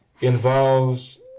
involves